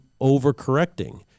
overcorrecting